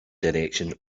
direction